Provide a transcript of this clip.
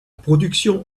production